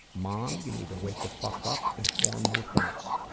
mom, you need to wake the fuck up and form your thoughts,